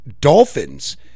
Dolphins